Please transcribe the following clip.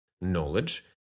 knowledge